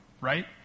Right